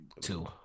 two